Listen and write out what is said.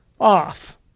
off